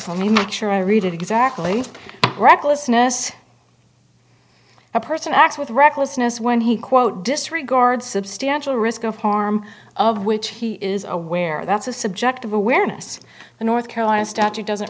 for me make sure i read it exactly recklessness a person acts with recklessness when he quote disregard substantial risk of harm of which he is aware that's a subjective awareness a north carolina statute doesn't